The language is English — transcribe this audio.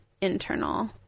internal